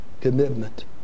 commitment